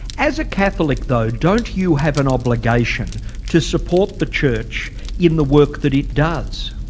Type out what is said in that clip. as a catholic though, don't you have an obligation to support the church in the work that it does?